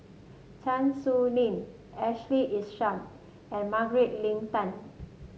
Chan Sow Lin Ashley Isham and Margaret Leng Tan